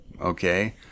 okay